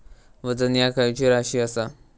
वजन ह्या खैची राशी असा?